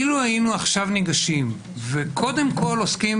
אילו היינו עכשיו ניגשים וקודם כל עוסקים